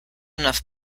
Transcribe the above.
enough